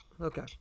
Okay